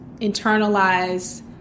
internalize